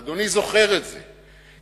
ואדוני זוכר את זה,